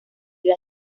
las